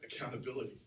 accountability